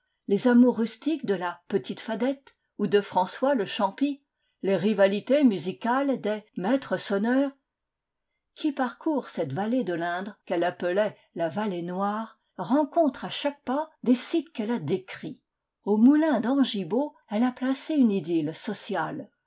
les amours rustiques de la petite fadette ou de françois le chaînai les rivalités musicales des maîtres sonneurs qui parcourt cette vallée de l'indre qu'elle appelait la vallée noire rencontre à chaque pas des sites qu'elle a décrits au moulin d'angibault elle a placé une idylle sociale